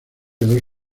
dos